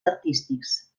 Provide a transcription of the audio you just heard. artístics